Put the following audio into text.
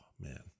man